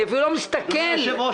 אני אפילו לא מסתכל --- אדוני היושב-ראש,